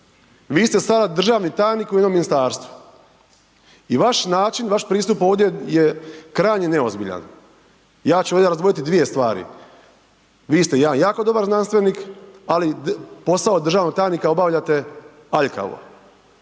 vi ste sada državni tajnik u jednom ministarstvu i vaš način, vaš pristup ovdje je krajnje neozbiljan. Ja ću ovdje razdvojiti dvije stvari, vi ste jedan jako dobar znanstvenik, ali posao državnog tajnika obavljate aljkavo.